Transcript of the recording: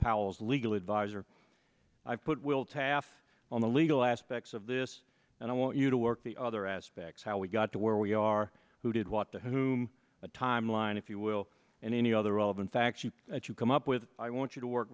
as legal advisor i put will tap on the legal aspects of this and i want you to work the other aspects how we got to where we are who did what to whom a timeline if you will and any other relevant facts you that you come up with i want you to work